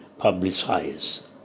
publicize